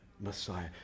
Messiah